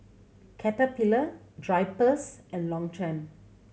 Caterpillar Drypers and Longchamp